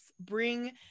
bring